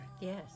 Yes